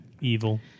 Evil